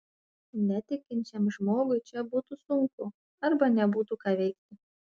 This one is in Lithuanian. netikinčiam žmogui čia būtų sunku arba nebūtų ką veikti